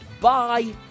Bye